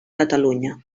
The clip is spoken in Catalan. catalunya